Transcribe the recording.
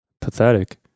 pathetic